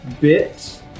bit